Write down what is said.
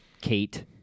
Kate